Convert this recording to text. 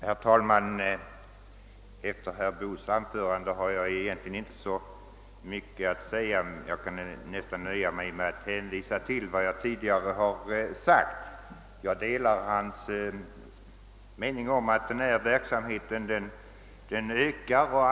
Herr talman! Efter herr Boos anförande har jag egentligen inte så mycket att tillägga — jag skulle nästan kunna nöja mig med att hänvisa till vad jag tidigare har sagt. Som herr Boo har framhållit ökar den kommunala verksamheten genom särskilda juridiska personer.